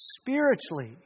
spiritually